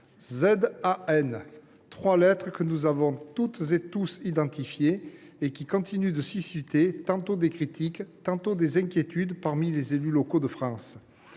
ces trois lettres que nous avons tous identifiées continuent de susciter tantôt des critiques, tantôt des inquiétudes, parmi les élus locaux de France.